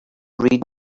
read